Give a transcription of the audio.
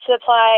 supply